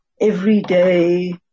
everyday